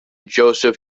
joseph